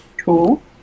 Cool